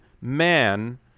man